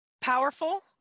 Powerful